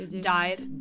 died